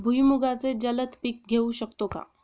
भुईमुगाचे जलद पीक घेऊ शकतो का?